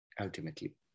ultimately